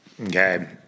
Okay